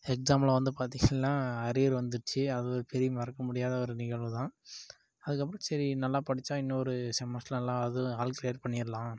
எக்ஸாமில் வந்து பாத்திங்கனா அரியர் வந்துடுச்சி அது ஒரு பெரிய மறக்க முடியாத ஒரு நிகழ்வுதான் அதுக்கப்புறம் சரி நல்லா படித்தா இன்னொரு செமஸ்ட்டருல நல்லா அதுவும் ஆல் கிளியர் பண்ணிடலாம்